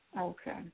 Okay